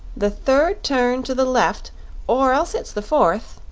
the third turn to the left or else it's the fourth.